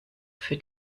für